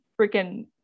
freaking